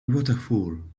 waterfall